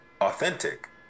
authentic